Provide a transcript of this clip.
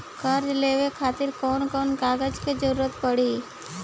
कर्जा लेवे खातिर कौन कौन कागज के जरूरी पड़ी?